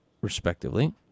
respectively